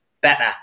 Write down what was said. better